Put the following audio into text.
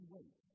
Wait